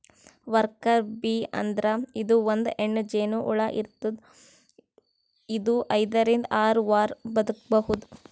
worker bee ಅಂದ್ರ ಇದು ಒಂದ್ ಹೆಣ್ಣ್ ಜೇನಹುಳ ಇರ್ತದ್ ಇದು ಐದರಿಂದ್ ಆರ್ ವಾರ್ ಬದ್ಕಬಹುದ್